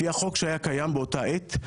לפי החוק שהיה קיים באותה עת,